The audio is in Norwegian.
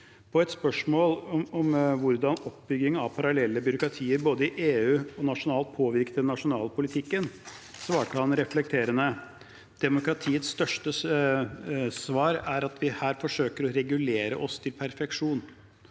På et spørsmål om hvordan oppbygging av parallelle byråkratier både i EU og nasjonalt påvirket den nasjonale politikken, svarte han reflekterende: Demokratiets største svar er at vi forsøker å regulere oss til perfeksjon.